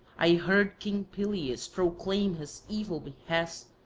i heard king pelias proclaim his evil behest,